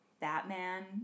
Batman